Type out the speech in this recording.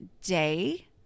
day